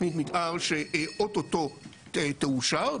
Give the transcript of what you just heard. תוכנית מתאר שאוטוטו תאושר,